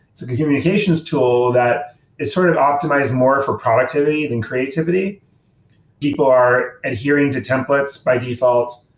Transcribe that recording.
it's a communications tool that is sort of optimized more for productivity than creativity people are adhering to templates by default.